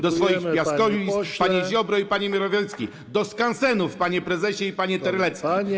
do swoich piaskownic, panie Ziobro i panie Morawiecki, do skansenów, panie prezesie i panie Terlecki.